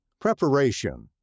Preparation